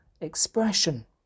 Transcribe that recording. expression